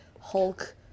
Hulk